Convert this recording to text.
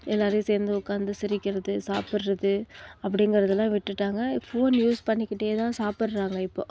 எல்லாரையும் சேர்ந்து உக்காந்து சிரிக்கிறது சாப்பிட்றது அப்படிங்கிறதலாம் விட்டுட்டாங்க ஃபோன் யூஸ் பண்ணிக்கிட்டே தான் சாப்பிட்றாங்க இப்போது